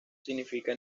significa